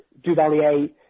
Duvalier